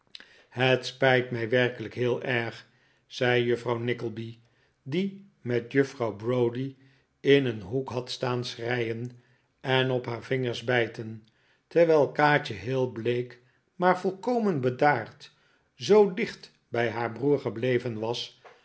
het spijt mij werkelijk heel erg zei juffrouw nickleby die met juffrouw browdie in een hoek had staan schreien en op haar vingers bijten terwijl kaatje heel bleek maar volkomen bedaard zoo dicht bij haar broer gebleven was